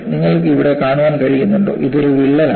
നിങ്ങൾക്ക് ഇവിടെ കാണാൻ കഴിയുന്നുണ്ടോ ഇത് ഒരു വിള്ളലാണ്